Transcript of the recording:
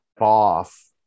off